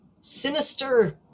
Sinister